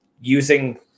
using